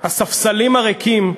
הספסלים הריקים,